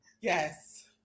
Yes